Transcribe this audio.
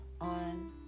on